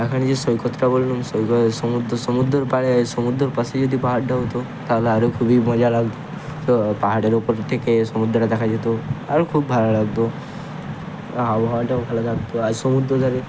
এখানে যে সৈকতটা বললুম সমুদ্র সমুদ্রর পাড়ে সমুদ্রর পাশে যদি পাহাড়টা হতো তাহলে আরও খুবই মজা লাগতো তো পাহাড়ের ওপর থেকে সমুদ্রটা দেখা যেতো আরও খুব ভালো লাগতো আবহাওয়াটাও ভালো থাকতো আর সমুদ্র ধারে